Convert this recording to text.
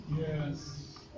Yes